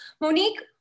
Monique